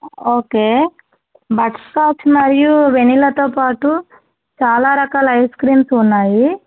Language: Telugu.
ఓకే బట్టర్స్కాచ్ మరియు వెనీలాతో పాటు చాలా రకాల ఐస్క్రీమ్స్ ఉన్నాయి